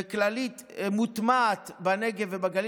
וכללית מוטמעת בנגב ובגליל.